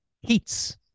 heats